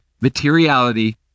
materiality